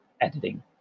editing